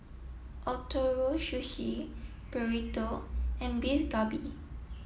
Ootoro Sushi Burrito and Beef Galbi